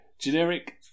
generic